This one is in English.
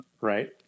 Right